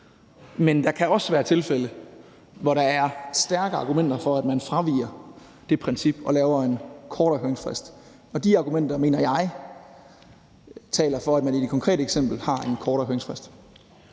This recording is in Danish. Men der kan også være tilfælde, hvor der er stærke argumenter for, at man fraviger det princip og laver en kort høringsfrist, og de argumenter, mener jeg, taler for, at man i det konkrete eksempel har en kortere høringsfrist.